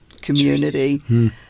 community